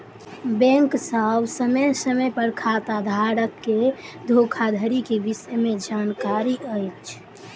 bank सभ समय समय पर खाताधारक के धोखाधड़ी के विषय में जानकारी अछि